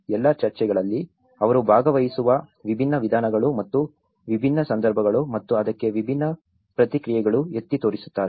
ಎಲ್ಲಾ ಚರ್ಚೆಗಳಲ್ಲಿ ಅವರು ಭಾಗವಹಿಸುವ ವಿಭಿನ್ನ ವಿಧಾನಗಳು ಮತ್ತು ವಿಭಿನ್ನ ಸಂದರ್ಭಗಳು ಮತ್ತು ಅದಕ್ಕೆ ವಿಭಿನ್ನ ಪ್ರತಿಕ್ರಿಯೆಗಳನ್ನು ಎತ್ತಿ ತೋರಿಸುತ್ತಾರೆ